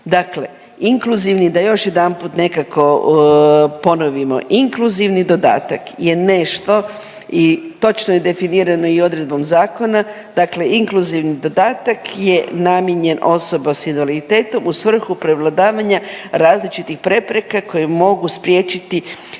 dakle inkluzivni da još jedanput nekako ponovimo, inkluzivni dodatak je nešto i točno je definirano i odredbom zakona, dakle inkluzivni dodatak je namijenjen osobama s invaliditetom u svrhu prevladavanja različitih prepreka koje mogu spriječiti